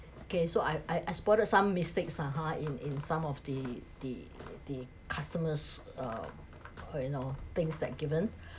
okay so I I I spotted some mistakes ah ha in in some of the the the customers uh uh you know things that given